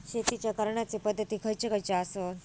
शेतीच्या करण्याचे पध्दती खैचे खैचे आसत?